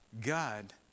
God